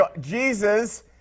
Jesus